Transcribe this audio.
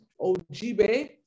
Ojibe